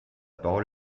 parole